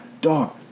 Dog